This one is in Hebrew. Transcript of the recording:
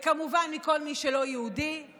וכמובן מכל מי שלא יהודי;